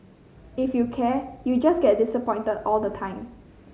if you care you just get disappointed all the time